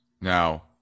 Now